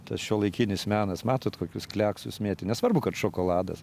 tas šiuolaikinis menas matot kokius kliaksus mėtė nesvarbu kad šokoladas